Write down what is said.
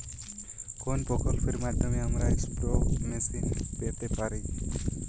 কোন প্রকল্পের মাধ্যমে আমরা স্প্রে মেশিন পেতে পারি?